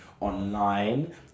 online